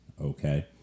okay